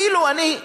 אפילו אני,